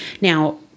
now